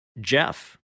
Jeff